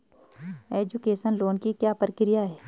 Education loan की क्या प्रक्रिया है?